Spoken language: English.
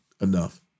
enough